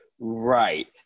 Right